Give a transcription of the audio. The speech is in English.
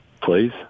please